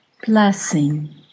Blessing